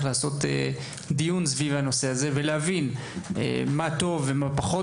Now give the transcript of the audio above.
לעשות דיון סביב הנושא הזה ולהבין מה טוב ומה פחות